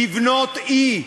לבנות אי,